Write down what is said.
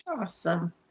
Awesome